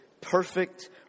perfect